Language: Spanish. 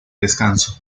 descanso